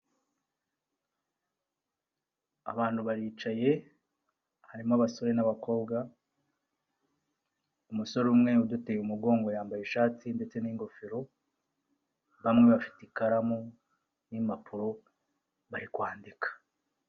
Abantu baricaye, harimo abasore n'abakobwa, umusore umwe uduteye umugongo yambaye ishati ndetse n'ingofero, bamwe bafite ikaramu, n'impapuro bari kwandika.